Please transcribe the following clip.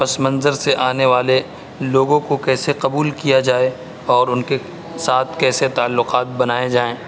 پس منظر سے آنے والے لوگوں کو کیسے قبول کیا جائے اور ان کے ساتھ کیسے تعلقات بنائے جائیں